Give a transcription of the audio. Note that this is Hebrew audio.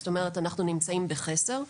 זאת אומרת שאנחנו נמצאים בחסר.